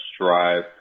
Drive